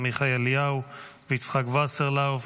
עמיחי אליהו ויצחק וסרלאוף.